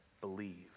believe